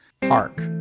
Park